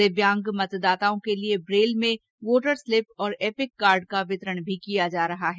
दिव्यांग मतदाताओं के लिए ब्रेल में वोटर स्लिप एवं इपिक कार्ड का वितरण भी किया जा रहा है